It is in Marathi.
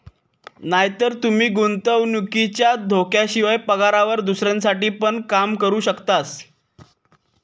नायतर तूमी गुंतवणुकीच्या धोक्याशिवाय, पगारावर दुसऱ्यांसाठी पण काम करू शकतास